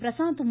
Prashanth மு